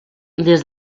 des